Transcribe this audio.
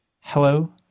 hello